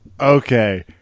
Okay